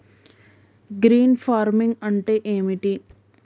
Green farming అంటే ఏమిటి?